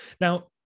Now